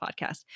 podcast